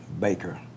Baker